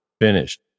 Finished